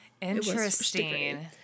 Interesting